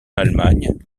allemagne